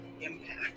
impact